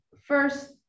first